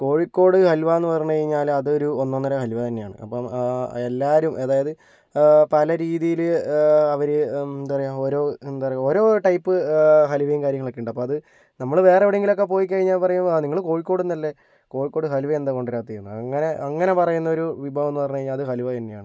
കോഴിക്കോട് ഹലുവ എന്ന് പറഞ്ഞുകഴിഞ്ഞാൽ അത് ഒരു ഒന്നൊന്നര ഹലുവ തന്നെയാണ് അപ്പോൾ എല്ലാവരും അതായത് പല രീതിയിൽ അവര് എന്താ പറയുക ഓരോ എന്താ പറയുക ഓരോ ടൈപ്പ് ഹലുവയും കാര്യങ്ങളൊക്കെ ഉണ്ട് അപ്പോൾ അത് നമ്മൾ വേറെ എവിടെയെങ്കിലും ഒക്കെ പോയി കഴിഞ്ഞാൽ പറയും ആ നിങ്ങൾ കോഴിക്കോട് നിന്നല്ലേ കോഴിക്കോട് ഹലുവ എന്താ കൊണ്ട് വരാത്തത് എന്ന് അങ്ങനെ അങ്ങനെ പറയുന്ന ഒരു വിഭവം എന്ന് പറഞ്ഞുകഴിഞ്ഞാൽ അത് ഹലുവ തന്നെയാണ് കേട്ടോ